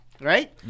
Right